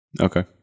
okay